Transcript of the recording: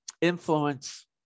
influence